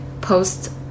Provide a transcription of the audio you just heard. post